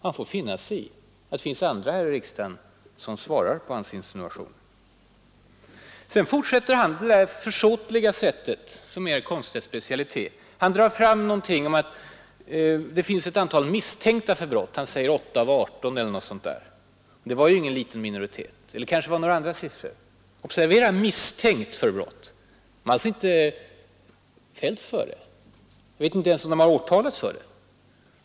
Han får finna sig i att det finns andra här i riksdagen som svarar på hans insinuationer. Vidare fortsätter herr Komstedt på det försåtliga sätt som är hans specialitet att dra fram någonting om att det finns ett antal ”misstänkta” för brott. Han säger 8 av 18 eller någonting sådant där — eller kanske var det några andra siffror. Observera: misstänkta för brott. Vederbörande har alltså inte fällts för det — jag vet inte ens om de har åtalats.